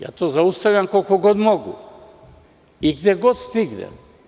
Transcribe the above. Ja to zaustavljam koliko god mogu i gde god stignem.